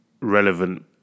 relevant